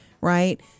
right